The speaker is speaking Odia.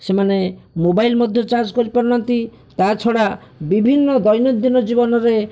ସେମାନେ ମୋବାଇଲ ମଧ୍ୟ ଚାର୍ଜ କରିପାରୁନାହାନ୍ତି ତା ଛଡ଼ା ବିଭିନ୍ନ ଦୈନନ୍ଦିନ ଜୀବନରେ